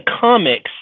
comics